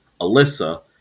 Alyssa